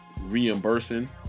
reimbursing